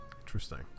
Interesting